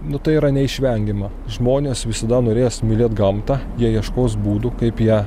nu tai yra neišvengiama žmonės visada norės mylėt gamtą jie ieškos būdų kaip ją